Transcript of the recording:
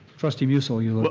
trustee musil. you know